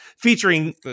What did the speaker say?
Featuring